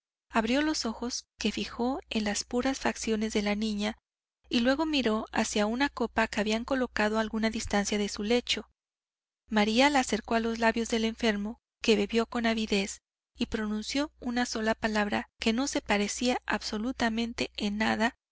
abrió los ojos que fijó en las puras facciones de la niña y luego miró hacia una copa que habían colocado a alguna distancia de su lecho maría la acercó a los labios del enfermo que bebió con avidez y pronunció una sola palabra que no se parecía absolutamente en nada